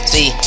See